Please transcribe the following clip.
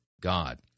God